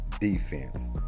defense